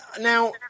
Now